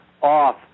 off